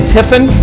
Tiffin